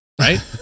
Right